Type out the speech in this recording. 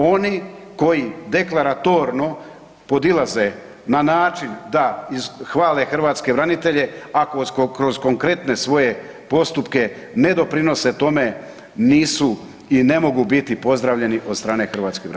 Oni koji deklaratorno podilaze na način da hvale hrvatske branitelje a kroz konkretne svoje postupke ne doprinose tome nisu i ne mogu biti pozdravljeni od strane hrvatskih branitelja.